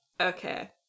Okay